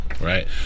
Right